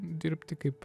dirbti kaip